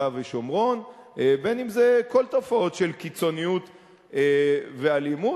ושומרון ואם כל התופעות של קיצוניות ואלימות.